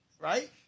Right